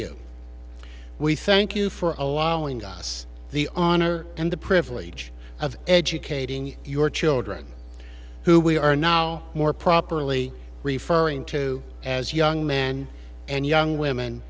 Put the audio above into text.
we thank you for allowing us the honor and the privilege of educating your children who we are now more properly referring to as young man and young women